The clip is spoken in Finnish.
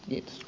kiitos